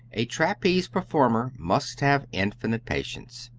a trapeze performer must have infinite patience.